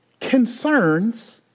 concerns